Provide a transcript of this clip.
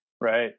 right